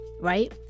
right